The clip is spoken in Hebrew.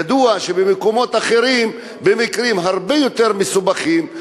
ידוע שבמקומות אחרים, במקרים הרבה יותר מסובכים,